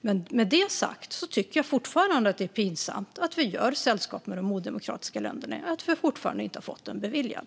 Med detta sagt tycker jag dock fortfarande att det är pinsamt att vi gör sällskap med de odemokratiska länderna i och med att vi fortfarande inte har fått ansökan beviljad.